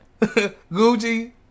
Gucci